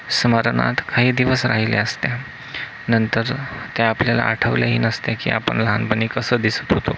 स्मरणात काही दिवस राहिल्या असत्या नंतर त्या आपल्याला आठवल्याही नसत्या की आपण लहानपणी कसं दिसत होतो